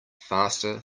faster